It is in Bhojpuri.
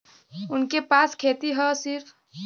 उनके पास खेती हैं सिर्फ